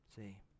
See